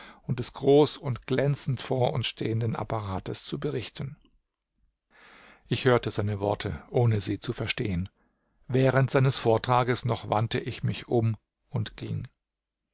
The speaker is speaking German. und des groß und glänzend vor uns stehenden apparates zu berichten ich hörte sein worte ohne sie zu verstehen während seines vortrages noch wandte ich mich um und ging